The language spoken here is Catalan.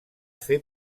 fer